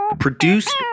Produced